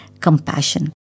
compassion